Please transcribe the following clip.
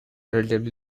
relatively